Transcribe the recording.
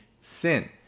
sin